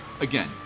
again